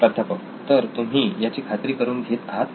प्राध्यापक तर तुम्ही याची खात्री करून घेत आहात का